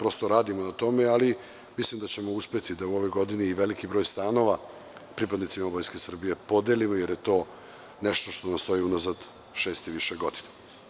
Radimo na tome, ali mislim da ćemo uspeti da u ovoj godini i veliki broj stanova pripadnicima Vojske Srbije podelimo, jer je to nešto što postoji unazad šest i više godina.